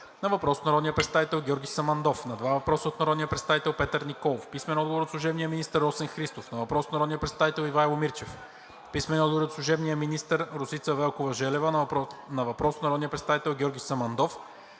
на въпрос от народния представител Георги Самандов; на два въпроса от народния представител Петър Николов; – служебния министър Росен Христов на въпрос от народния представител Ивайло Мирчев; – служебния министър Росица Велкова-Желева на въпрос от народния представител Георги Самандов;